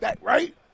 Right